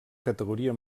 categoria